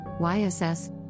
YSS